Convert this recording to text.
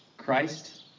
Christ